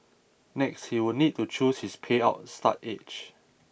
next he would need to choose his payout start age